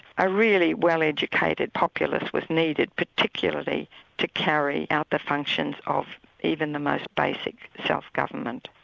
a really well-educated populace was needed, particularly to carry out the functions of even the most basic self-government.